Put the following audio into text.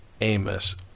amos